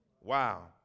Wow